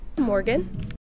Morgan